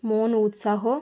মন উৎসাহ